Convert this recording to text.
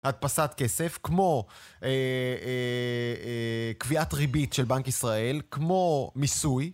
הדפסת כסף, כמו קביעת ריבית של בנק ישראל, כמו מיסוי.